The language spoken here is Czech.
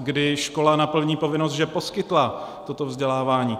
Kdy škola naplní povinnost, že poskytla toto vzdělávání?